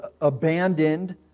abandoned